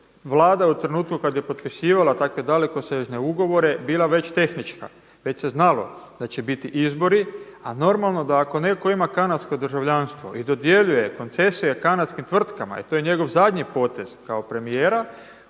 Vlada u trenutku kada je potpisivala takve dalekosežne ugovore bila već tehnička. Već se znalo da će biti izbori, a normalno da ako netko ima kanadsko državljanstvo i dodjeljuje koncesije kanadskim tvrtkama i to je njegov zadnji potez kao premijera,